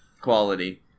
quality